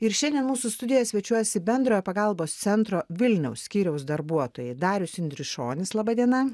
ir šiandien mūsų studijoje svečiuojasi bendrojo pagalbos centro vilniaus skyriaus darbuotojai darius indrišionis laba diena